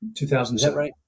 2007